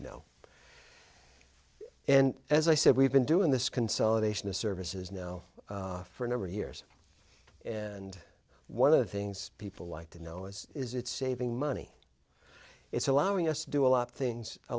people know and as i said we've been doing this consolidation of services now for a number of years and one of the things people like to know is is it saving money it's allowing us to do a lot of things a